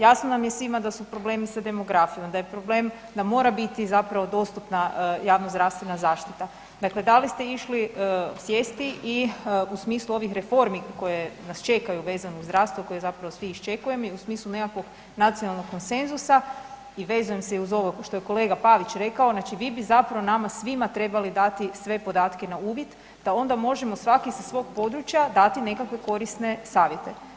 Jasno nam je svima da su problemi sa demografijom, da je problem da mora biti zapravo dostupna javnozdravstvena zaštita, dakle da li ste išli sjesti i u smislu ovih reformi koje nas čekaju vezano uz zdravstvo koje zapravo svi iščekujemo i u smislu nekakvog nacionalnog konsenzusa i vezujem se i uz ovo što je kolega Pavić rekao, znači vi bi zapravo nama svima trebali dati sve podatke na uvid da onda možemo svaki sa svog područja dati nekakve korisne savjete.